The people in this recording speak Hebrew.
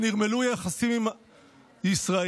שנרמלו יחסים עם ישראל,